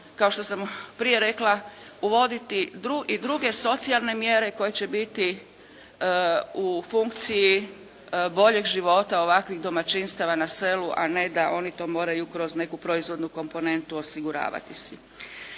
kao što sam prije rekla uvoditi i druge socijalne mjere koje će biti u funkciji boljeg života ovakvih domaćinstava na selu, a ne da oni to moraju kroz neku proizvodnu komponentu osiguravati si.